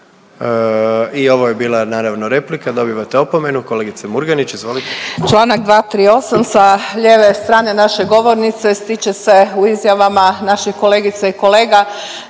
I ovo je bila naravno replika, dobivate opomenu. Kolegice Murganić, izvolite. **Murganić, Nada (HDZ)** Članak 238., sa lijeve strane naše govornice stiče se u izjavama naših kolegica i kolega